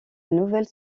nouvelle